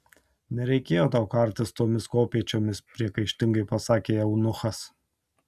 nereikėjo tau kartis tomis kopėčiomis priekaištingai pasakė eunuchas